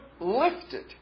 lifted